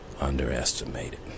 Underestimated